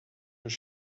your